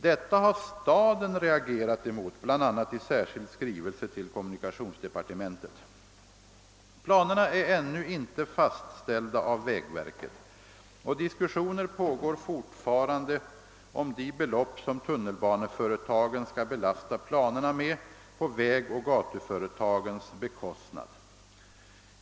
Detta har staden reagerat emot, bl.a. i särskild skrivelse till kommunikationsdepartementet. Planerna är ännu inte fastställda av vägverket, och diskussioner pågår fortfarande om de belopp som tunnelbaneföretagen skall belasta planerna med på vägoch gatuföretagens bekostnad.